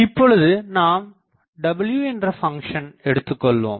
இப்பொழுது நாம் w என்ற பங்ஷன் எடுத்துக்கொள்வோம்